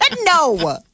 no